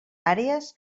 àrees